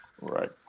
Right